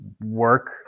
work